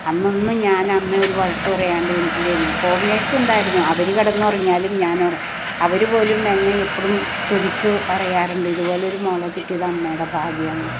അന്നൊന്നും ഞാൻ അമ്മയെ ഒരു വഴക്ക് പറയാണ്ട് എണീറ്റാരുന്നു ഹോം നേഴ്സ്ണ്ടായിരുന്നു അവർ കിടന്ന് ഉറങ്ങിയാലും ഞാൻ അവർ പോലും എന്നെ എപ്പോഴും സ്തുതിച്ചു പറയാറുണ്ട് ഇത് പോലെ ഒരു മോളെ കിട്ടിയത് അമ്മേടെ ഭാഗ്യം എന്ന്